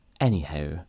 anyhow